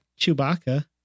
Chewbacca